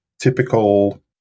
typical